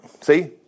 See